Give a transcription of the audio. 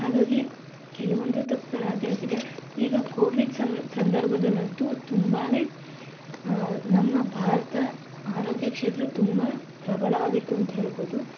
ಹಾಗಾಗಿ ಕೆಲವೊಂದು ತಪ್ಪುಗಳು ಆಗಿಯೇ ಆಗಿದೆ ಈಗ ಕೋವಿಡ್ ಸಂದರ್ಭದಲ್ಲಂತೂ ತುಂಬನೇ ನಮ್ಮ ಭಾರತ ಆರೋಗ್ಯ ಕ್ಷೇತ್ರ ತುಂಬ ಪ್ರಬಲವಾಗಿತ್ತು ಅಂತ ಹೇಳ್ಬೋದು